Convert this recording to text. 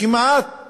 כמעט